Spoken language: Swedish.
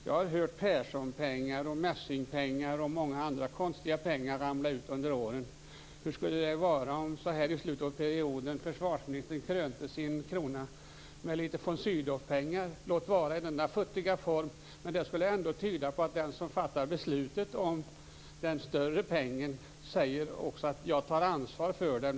Jag har hört Perssonpengar, Messingpengar och många andra konstiga pengar ramla ut under åren. Hur skulle det vara om försvarsministern så här i slutet av perioden krönte sin krona med litet von Sydowpengar - låt vara i denna futtiga form? Det skulle ändå tyda på att den som fattar beslutet om den större pengen också säger att han tar ansvar för det hela.